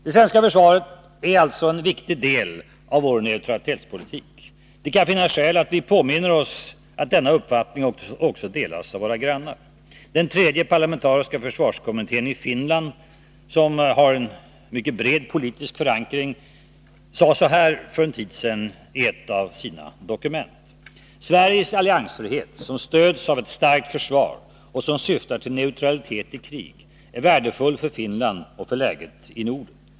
Det svenska försvaret är alltså en viktig del av vår neutralitetspolitik. Det kan finnas skäl att vi påminner oss att denna uppfattning också delas av våra grannar. Den tredje parlamentariska försvarskommittén i Finland, som har en mycket bred politisk förankring, skrev för en tid sedan följande i ett av sina dokument: ”Sveriges alliansfrihet, som stöds av starkt försvar och som syftar till neutralitet i krig, är värdefull för Finland och för läget i Norden.